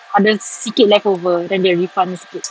ada sikit leftover then they refund sikit